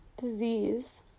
disease